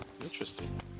Interesting